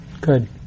Good